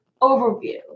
overview